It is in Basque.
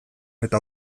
eta